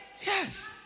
Yes